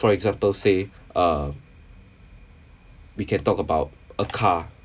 for example say uh we can talk about a car